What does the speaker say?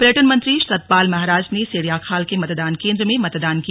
पर्यटन मंत्री सतपाल महाराज ने सेड़िया खाल के मतदान केन्द्र में मतदान किया